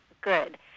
good